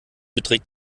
beträgt